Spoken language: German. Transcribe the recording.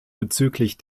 bezüglich